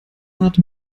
art